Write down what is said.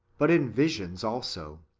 but in visions also,